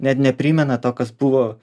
net neprimena to kas buvo